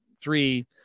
three